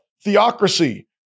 theocracy